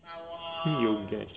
Yogesh